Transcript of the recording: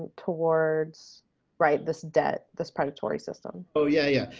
towards right this debt. this predatory system. oh yeah, yeah.